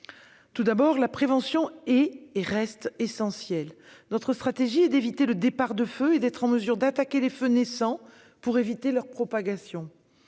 Tout d'abord, la prévention est et demeure essentielle. Notre stratégie est d'éviter les départs de feux et d'être en mesure d'attaquer les feux naissants pour éviter leur propagation.